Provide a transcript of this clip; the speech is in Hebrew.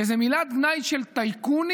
באיזה מילת גנאי "טייקונים"